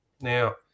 now